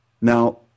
Now